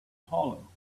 hollow